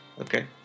Okay